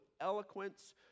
eloquence